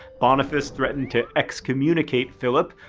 boniface threatened to excommunicate philip,